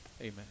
Amen